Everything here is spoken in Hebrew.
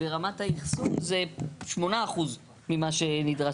אז ברמת האחסון זה 8% ממה שנדרש.